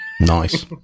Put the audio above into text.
Nice